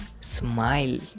smile